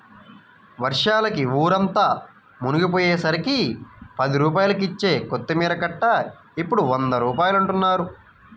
వర్షాలకి ఊరంతా మునిగిపొయ్యేసరికి పది రూపాయలకిచ్చే కొత్తిమీర కట్ట ఇప్పుడు వంద రూపాయలంటన్నారు